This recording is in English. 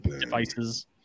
devices